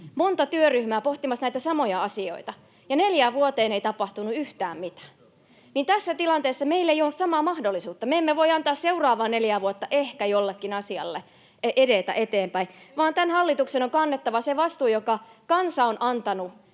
monta työryhmää pohtimassa näitä samoja asioita, ja neljään vuoteen ei tapahtunut yhtään mitään. Tässä tilanteessa meillä ei ollut samaa mahdollisuutta. Me emme voi antaa seuraavaa neljää vuotta jollekin asialle ehkä edetä eteenpäin, vaan tämän hallituksen on kannettava se vastuu, jonka kansa on antanut